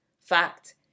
fact